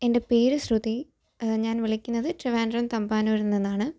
എൻ്റെ പേര് ശ്രുതി ഞാൻ വിളിക്കുന്നത് ട്രിവാൻഡ്രം തമ്പാന്നൂർ നിന്നാണ്